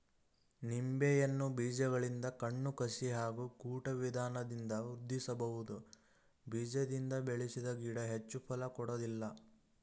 ನಿಂಬೆಯನ್ನು ಬೀಜಗಳಿಂದ ಕಣ್ಣು ಕಸಿ ಹಾಗೂ ಗೂಟ ವಿಧಾನದಿಂದ ವೃದ್ಧಿಸಬಹುದು ಬೀಜದಿಂದ ಬೆಳೆಸಿದ ಗಿಡ ಹೆಚ್ಚು ಫಲ ಕೊಡೋದಿಲ್ಲ